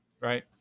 Right